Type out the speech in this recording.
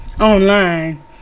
online